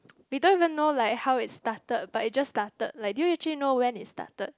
we don't even know like how it started but it just started like do you actually know when it started